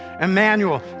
Emmanuel